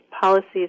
policies